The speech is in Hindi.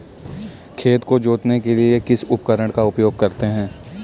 खेत को जोतने के लिए किस उपकरण का उपयोग करते हैं?